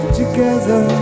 together